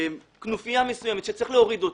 כנופיה מסוימת שצריך להוריד אותה,